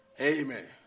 Amen